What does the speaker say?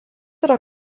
yra